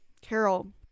carol